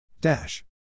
Dash